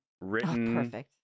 written